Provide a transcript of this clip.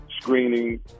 screening